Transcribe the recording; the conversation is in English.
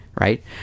right